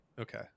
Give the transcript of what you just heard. Okay